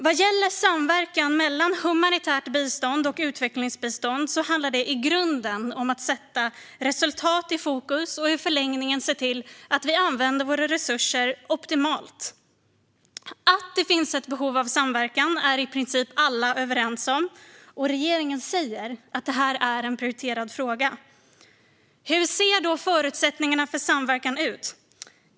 Vad gäller samverkan mellan humanitärt bistånd och utvecklingsbistånd handlar det i grunden om att sätta resultat i fokus och i förlängningen se till att vi använder våra resurser optimalt. Att det finns ett behov av samverkan är i princip alla överens om, och regeringen säger att detta är en prioriterad fråga. Hur ser då förutsättningarna för samverkan ut?